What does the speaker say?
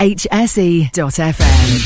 hse.fm